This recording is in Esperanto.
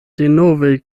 denove